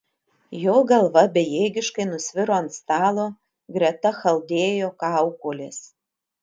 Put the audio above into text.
jo galva bejėgiškai nusviro ant stalo greta chaldėjo kaukolės